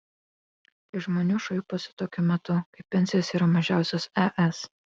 iš žmonių šaiposi tokiu metu kai pensijos yra mažiausios es